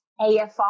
AFR